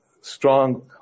strong